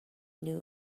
knew